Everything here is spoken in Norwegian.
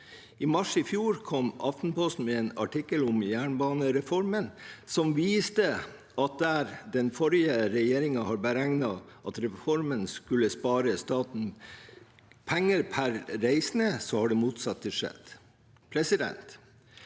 I mars i fjor kom Aftenposten med en artikkel om jernbanereformen som viste at der den forrige regjeringen har beregnet at reformen skulle spare staten for penger per reisende, har det motsatte skjedd.